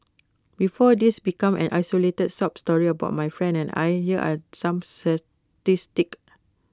before this becomes an isolated sob story about my friend and I here are some statistics